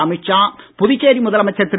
அமித்ஷா புதுச்சேரி முதலமைச்சர் திரு